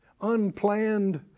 unplanned